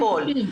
התקנות.